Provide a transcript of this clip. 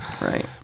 Right